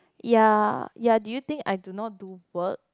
ya ya do you think I do not do work